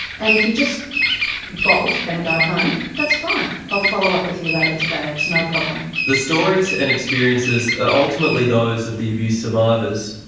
and if you just bolt and go home, that's fine, i'll follow up with you later today, it's no problem. the stories and experiences are ultimately those of the abuse survivors.